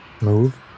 move